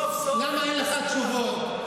למה אין לך תשובות?